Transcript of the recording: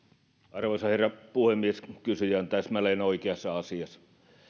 arvoisa herra puhemies kysyjä on asiassa täsmälleen oikeassa